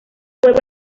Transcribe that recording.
vuelve